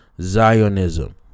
Zionism